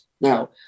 Now